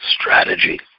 strategy